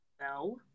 No